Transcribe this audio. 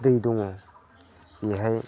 दै दङ बेवहाय